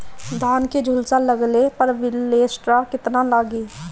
धान के झुलसा लगले पर विलेस्टरा कितना लागी?